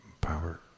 power